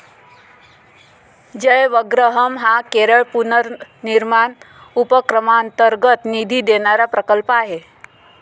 जयवग्रहम हा केरळ पुनर्निर्माण उपक्रमांतर्गत निधी देणारा प्रकल्प आहे